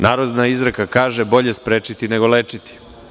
Narodna izreka kaže – bolje sprečiti nego lečiti.